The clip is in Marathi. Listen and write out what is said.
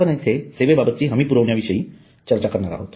आपण येथे सेवेबाबतची हमी पुरविण्याविषयी चर्चा करणार आहोत